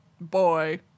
boy